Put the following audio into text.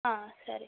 ಹಾಂ ಸರಿ